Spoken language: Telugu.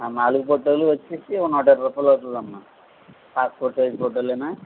నాలుగు ఫొటోలు వచ్చేసి నూటా ఇరవై రూపాయలు అవుతుంది అమ్మ పాస్పోట్ సైజ్ ఫొటోలేనా